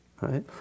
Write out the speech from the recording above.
right